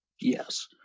Yes